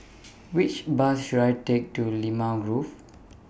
Which Bus should I Take to Limau Grove